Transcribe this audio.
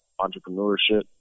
entrepreneurship